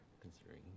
Considering